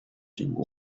进攻